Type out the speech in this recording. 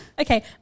Okay